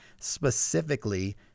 specifically